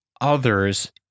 others